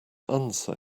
unsay